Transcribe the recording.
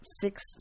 six